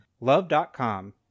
love.com